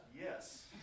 yes